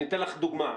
אני אתן לך דוגמא.